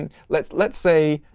and let's let's say,